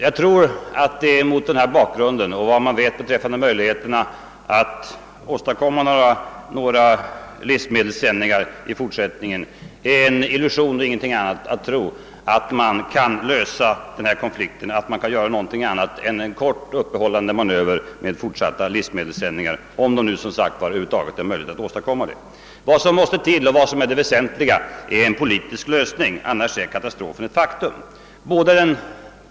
Det är mot denna bakgrund och med hänsyn till vad man vet beträffande de begränsade möjligheterna att åstadkomma några livsmedelssändningar i fortsättningen en illusion och ingenting annat att tro att man kan åstadkomma något annat än en kort, uppehållande manöver den vägen. Vad som måste till är en politisk lösning; annars är katastrofen ett faktum.